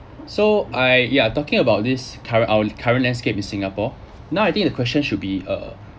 so I yeah talking about this current ou~ current landscape in singapore now I think the question should be uh